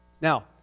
Now